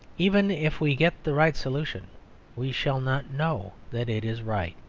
even if we get the right solution we shall not know that it is right.